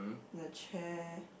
the chair